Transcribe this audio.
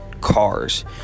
cars